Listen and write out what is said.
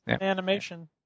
animation